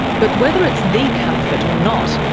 but whether it's the caliphate or not,